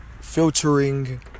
filtering